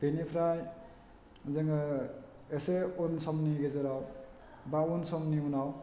बेनिफ्राय जोङो एसे उनसमनि गेजेराव बा उन समनि उनाव